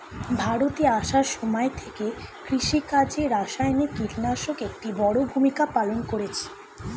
ভারতে আসার সময় থেকে কৃষিকাজে রাসায়নিক কিটনাশক একটি বড়ো ভূমিকা পালন করেছে